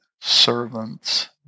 servants